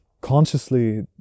consciously